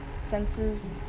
senses